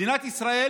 מדינת ישראל